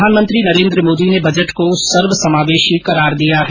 प्रधानमंत्री नरेन्द्र मोदी ने बजट को सर्वसमावेशी करार दिया है